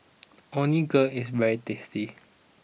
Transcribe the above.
Onigiri is very tasty